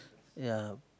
ya